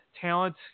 talent